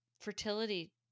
fertility